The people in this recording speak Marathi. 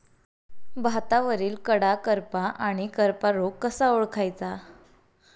भातावरील कडा करपा आणि करपा रोग कसा ओळखायचा?